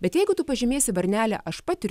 bet jeigu tu pažymėsi varnelę aš patiriu